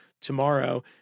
tomorrow